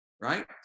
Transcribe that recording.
right